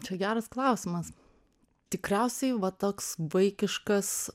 čia geras klausimas tikriausiai va toks vaikiškas